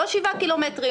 לא שבעה קילומטרים,